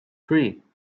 three